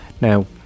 Now